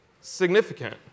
significant